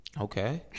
Okay